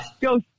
go